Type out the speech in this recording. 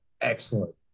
excellent